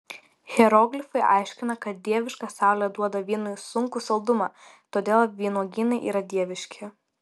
hieroglifai aiškina kad dieviška saulė duoda vynui sunkų saldumą todėl vynuogynai yra dieviški